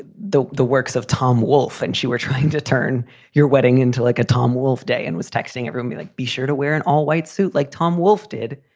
ah the the works of tom wolfe and she were trying to turn your wedding into like a tom wolfe day and was texting at rheumy, like, be sure to wear an all white suit like tom wolfe did.